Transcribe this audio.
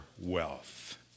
wealth